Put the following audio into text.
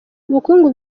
ubukungu